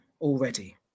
already